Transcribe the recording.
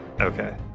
Okay